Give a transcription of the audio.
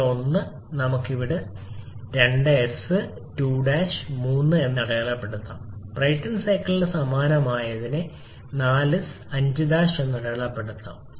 ഇവിടെ 1 നമുക്ക് ഇത് 2s 2 3 എന്ന് അടയാളപ്പെടുത്താം ബ്രൈടൺ സൈക്കിളിന് സമാനമായ 4 സെ 5 എന്ന് അടയാളപ്പെടുത്താം